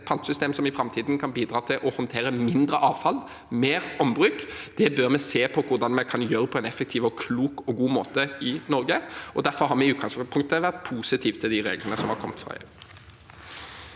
et pantesystem som i framtiden kan bidra til å håndtere mindre avfall og få mer ombruk. Det bør vi se på hvordan vi kan gjøre på en effektiv, klok og god måte i Norge. Derfor har vi i utgangspunktet vært positive til de reglene som har kommet fra EU.